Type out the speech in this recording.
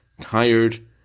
tired